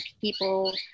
people